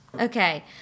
Okay